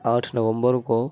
آٹھ نومبر کو